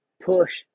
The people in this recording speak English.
Push